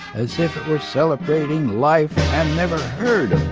as if it were celebrating life, and never heard